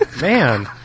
Man